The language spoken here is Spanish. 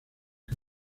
que